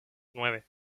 nueve